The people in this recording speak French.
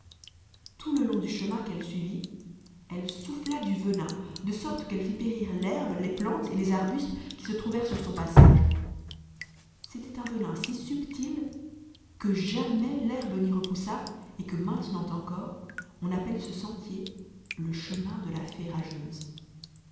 tout le long du chemin qu'elle suivit elle souffla du venin de sorte qu'elle fit périr l'herbe les plantes et les arbustes qui se trouvèrent sur son passage c'était un venin si subtil que jamais l'herbe n'y repoussa et que maintenant encore on appelle ce sentier le chemin de la